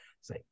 say